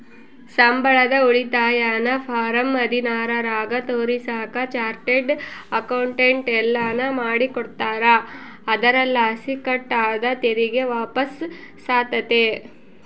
ಸಂಬಳದ ಉಳಿತಾಯನ ಫಾರಂ ಹದಿನಾರರಾಗ ತೋರಿಸಾಕ ಚಾರ್ಟರ್ಡ್ ಅಕೌಂಟೆಂಟ್ ಎಲ್ಲನು ಮಾಡಿಕೊಡ್ತಾರ, ಅದರಲಾಸಿ ಕಟ್ ಆದ ತೆರಿಗೆ ವಾಪಸ್ಸಾತತೆ